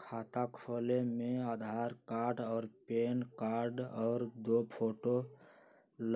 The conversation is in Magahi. खाता खोले में आधार कार्ड और पेन कार्ड और दो फोटो